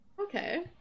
Okay